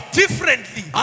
differently